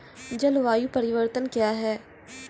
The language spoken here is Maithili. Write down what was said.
जलवायु परिवर्तन कया हैं?